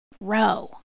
Row